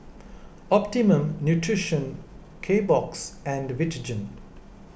Optimum Nutrition Kbox and Vitagen